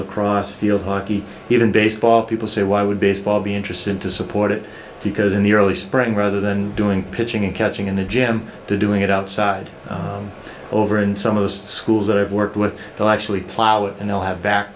lacrosse field hockey even baseball people say why would baseball be interested to support it because in the early spring rather than doing pitching and catching in the gym doing it outside over and some of the schools that i've worked with the law actually plow it and they'll have back